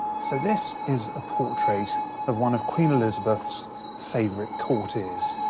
so this is a portrait of one of queen elizabeth's favourite courtiers,